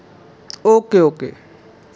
okay okay